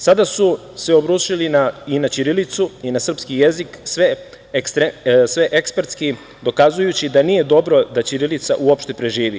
Sada su se obrušili i na ćirilicu i na srpski jezik sve ekspertski dokazujući da nije dobro da ćirilica uopšte živi.